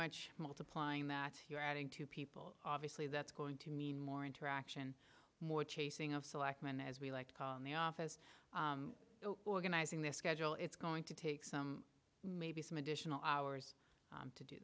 much multiplying that you're adding two people obviously that's going to mean more interaction more chasing of selectmen as we like in the office organizing their schedule it's going to take some maybe some additional hours i'm to